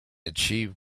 achieve